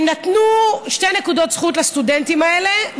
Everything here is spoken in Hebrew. הם נתנו שתי נקודות זכות לסטודנטים האלה,